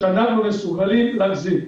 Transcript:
שאנחנו מסוגלים להחזיק.